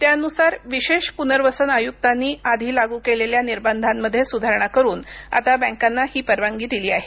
त्यानुसार विशेष पुनर्वसन आयुक्तांनी आधी लागू केलेल्या निर्बंधामध्ये सुधारणा करून आता बँकांना ही परवानगी दिली आहे